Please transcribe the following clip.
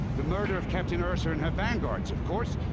the murder of captain ersa and her vanguards, of course!